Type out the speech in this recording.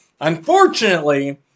Unfortunately